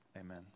Amen